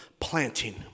planting